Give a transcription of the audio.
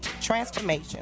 Transformation